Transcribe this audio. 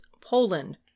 Poland